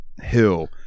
hill